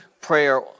prayer